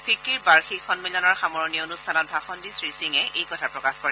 ফিক্কীৰ বাৰ্যিক সম্মিলনৰ সামৰণি অনুষ্ঠানত ভাষণ দি শ্ৰীসিঙে এই কথা প্ৰকাশ কৰে